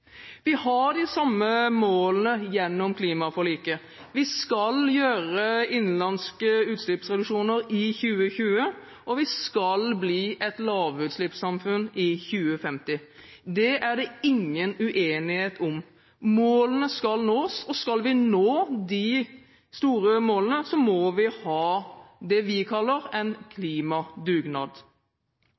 Vi har de samme målene gjennom klimaforliket. Vi skal gjøre innenlandske utslippsreduksjoner i 2020, og vi skal bli et lavutslippssamfunn i 2050. Det er det ingen uenighet om. Målene skal nås, og skal vi nå de store målene, må vi ha det vi kaller en klimadugnad.